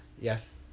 Yes